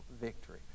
victory